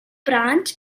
branch